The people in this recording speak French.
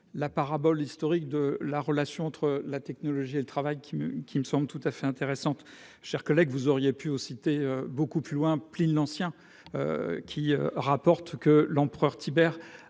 La parabole historique de la relation entre la technologie et le travail qui me, qui me semble tout à fait intéressante chers collègue, vous auriez pu aussi es beaucoup plus loin, Pline l'Ancien. Qui rapporte que l'empereur Tiber